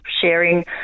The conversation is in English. sharing